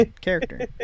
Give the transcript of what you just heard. character